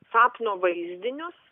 sapno vaizdinius